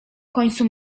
końcu